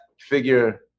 figure